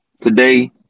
Today